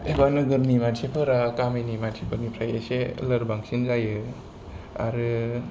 एबा नोगोरनि मानसिफोरा गामिनि मानसिफोरनिफ्राय एसे लोरबांसिन जायो आरो